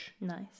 Nice